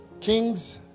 Kings